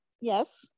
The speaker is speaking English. yes